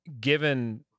given